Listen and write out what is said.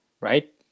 right